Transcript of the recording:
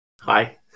Hi